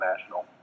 national